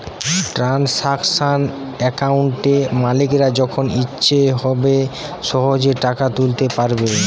transaction অ্যাকাউন্টে মালিকরা যখন ইচ্ছে হবে সহেজে টাকা তুলতে পাইরবে